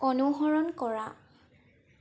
অনুসৰণ কৰা